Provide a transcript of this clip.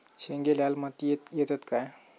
शेंगे लाल मातीयेत येतत काय?